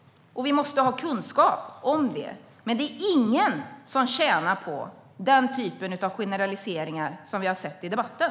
Vi måste ha kunskap om det, men det är ingen som tjänar på den typ av generaliseringar som vi har sett i debatten.